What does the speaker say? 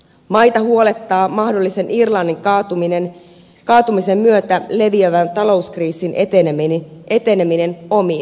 maita huolettaa mahdollisen irlannin kaatumisen myötä leviävän talouskriisin eteneminen omiin maihin